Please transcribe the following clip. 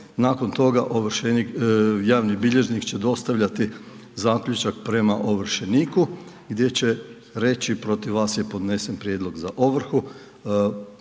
Nakon toga javni bilježnik će dostavljati zaključak prema ovršeniku gdje će reći protiv vas je podnesen prijedlog za ovrhu,